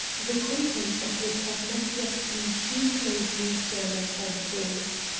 the contents of which have not yet been too closely examined by the police.